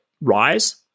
rise